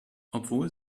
obwohl